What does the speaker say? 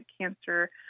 cancer